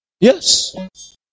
Yes